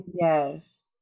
yes